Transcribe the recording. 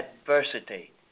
adversity